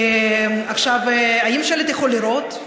האם שלט יכול לראות?